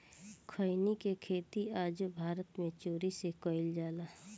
खईनी के खेती आजो भारत मे चोरी से कईल जाला